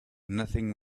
nothing